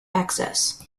access